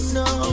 no